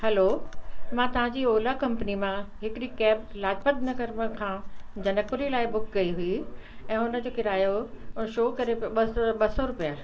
हलो मां तव्हांजी Ola company मां हिकिड़ी कैब लाजपत नगर खां जनकपुरी लाइ बुक कई हुई ऐं उनजो किरायो शो करे पियो ॿ सौ ॿ सौ रुपिया